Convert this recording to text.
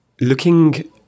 looking